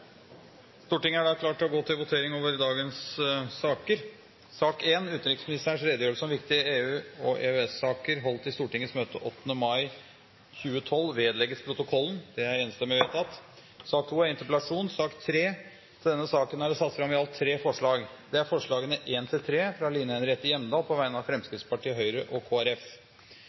Stortinget er da klar til å gå til votering over sakene på dagens kart. Presidenten vil foreslå at utenriksministerens redegjørelse om viktige EU- og EØS-saker holdt i Stortingets møte 8. mai 2012 vedlegges protokollen. – Det anses vedtatt. I sak nr. 2 foreligger det ikke noe voteringstema. Under debatten er det satt fram i alt tre forslag. Det er forslagene nr. 1–3, fra Line Henriette Hjemdal på vegne av Fremskrittspartiet, Høyre og